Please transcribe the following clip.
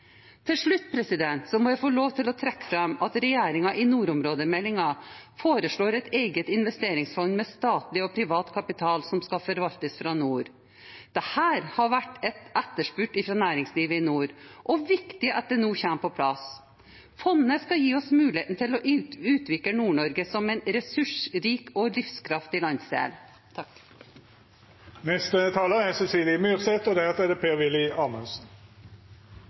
må jeg få lov å trekke fram at regjeringen i nordområdemeldingen foreslår et eget investeringsfond med statlig og privat kapital som skal forvaltes fra nord. Dette har vært etterspurt fra næringslivet i nord, og det er viktig at det nå kommer på plass. Fondet kan gi oss muligheten til å utvikle Nord-Norge som en ressursrik og livskraftig landsdel. Nord-Norge omtales som mulighetenes landsdel, og